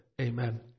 Amen